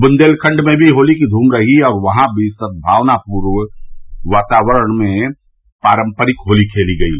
बुन्देलखण्ड में भी होली की धूम रही और वहां भी सद्भावनापूर्ण वातावरण पारम्परिक होली खेली गयी